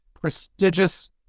prestigious